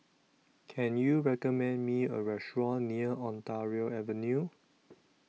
Can YOU recommend Me A Restaurant near Ontario Avenue